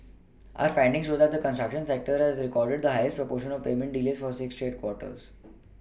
our findings show that the construction sector has recorded the highest proportion of payment delays for six straight quarters